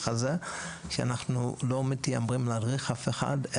הזה; כי אנחנו לא מתיימרים להדריך אף אחד,